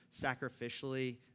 sacrificially